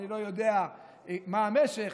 אני לא יודע מה המשך,